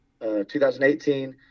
2018